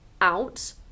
out